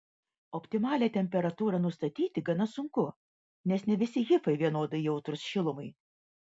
optimalią temperatūrą nustatyti gana sunku nes ne visi hifai vienodai jautrūs šilumai